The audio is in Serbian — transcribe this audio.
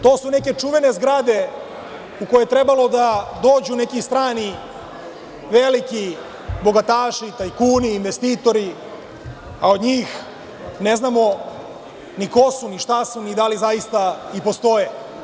To su neke čuvene zgrade u koje je trebalo da dođu neki strani veliki bogataši, tajkuni, investitori, a od njih ne znamo ni ko su, ni šta su, ni da li i zaista postoje.